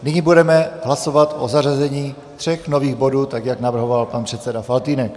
Nyní budeme hlasovat o zařazení tří nových bodů, jak navrhoval pan předseda Faltýnek.